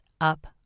up